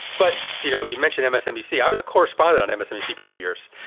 but, you know, you mentioned msnbc. i was a correspondent, and msnbc for two years.